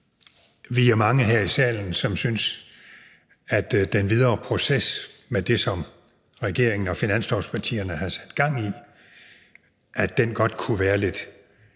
vi er mange her i salen, som synes, at den videre proces med det, som regeringen og finanslovspartierne har sat gang i, godt kunne være lidt